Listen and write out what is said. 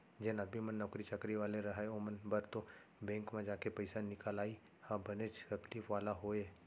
जेन आदमी मन नौकरी चाकरी वाले रहय ओमन बर तो बेंक म जाके पइसा निकलाई ह बनेच तकलीफ वाला होय